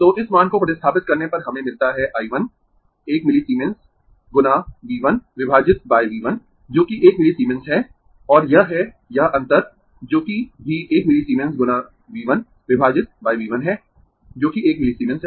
तो इस मान को प्रतिस्थापित करने पर हमें मिलता है I 1 1 मिलीसीमेंस गुना V 1 विभाजित V 1 जो कि 1 मिलीसीमेंस है और यह है यह अंतर जो कि भी 1 मिलीसीमेंस गुना V 1 विभाजित V 1 है जो कि 1 मिलीसीमेंस है